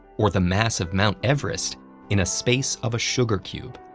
or the mass of mount everest in a space of a sugar cube.